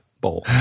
bowl